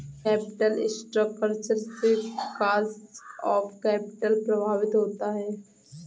capital structure से cost of capital प्रभावित होता है